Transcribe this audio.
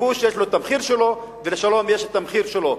לכיבוש יש המחיר שלו ולשלום, המחיר שלו.